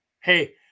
Hey